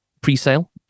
pre-sale